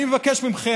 אני מבקש מכם,